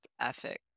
ethic